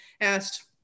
asked